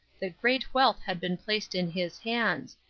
that great wealth had been placed in his hands,